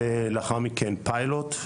ולאחר מכן פיילוט.